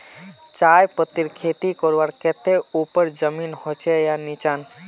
चाय पत्तीर खेती करवार केते ऊपर जमीन होचे या निचान?